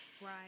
Right